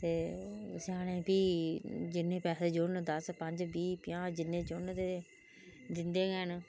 स्याने फिह् जिन्ने़ पैसे जुड़न दस पंज बीह पजांह जिन्ने जुडन ते दिंदे गै ना